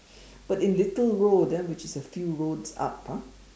but in Little Road ah which is a few roads up ah